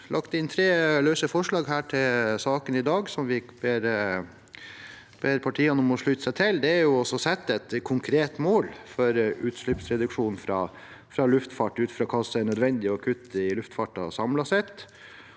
Vi har lagt inn tre løse forslag til saken i dag, som vi ber partiene om å slutte seg til. Det er et forslag om å sette et konkret mål for utslippsreduksjon fra luftfart ut fra hva som er nødvendig å kutte i luftfarten samlet sett.